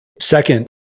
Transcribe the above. Second